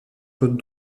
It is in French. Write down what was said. claude